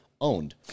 Owned